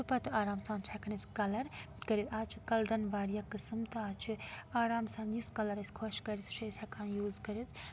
تہٕ پَتہٕ آرام سان چھِ ہٮ۪کان أسۍ کَلَر کٔرِتھ آز چھِ کَلرَن واریاہ قٕسٕم تہٕ آز چھِ آرام سان یُس کَلَر اَسہِ خۄش کَرِ سُہ چھِ أسۍ ہٮ۪کان یوٗز کٔرِتھ